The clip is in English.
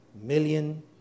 million